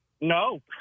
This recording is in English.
No